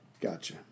Gotcha